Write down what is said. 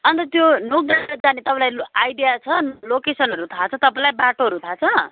अन्त त्यो नोकडाँडा जाने तपाईँलाई लो आइडिया छ लोकेसनहरू थाहा छ तपाईँलाई बाटोहरू थाहा छ